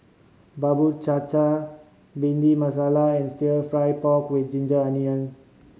cha cha Bhindi Masala and Stir Fry pork with ginger onion